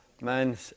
man